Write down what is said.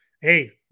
Hey